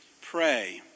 Pray